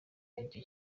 icyo